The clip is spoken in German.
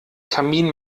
kamin